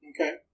Okay